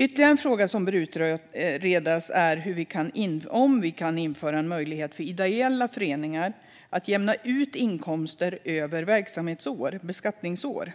Ytterligare en fråga som bör utredas är om vi kan införa en möjlighet för ideella föreningar att jämna ut inkomster över beskattningsår,